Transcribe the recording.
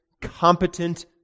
competent